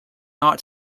not